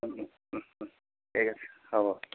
ঠিক আছে হ'ব